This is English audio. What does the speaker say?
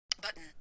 Button